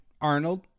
Arnold